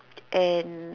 and